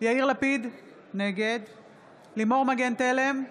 יאיר לפיד, נגד לימור מגן תלם,